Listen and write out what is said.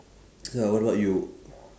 ya what about you